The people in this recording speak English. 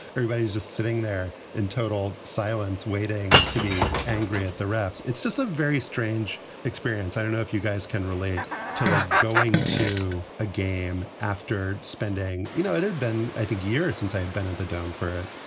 everybody's just sitting there in total silence, waiting to be angry at the refs. it's just a very strange experience. i don't know if you guys can relate to like going to a game after spending. you know, it had been, i think, years since i had been in the dome for it,